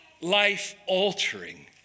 life-altering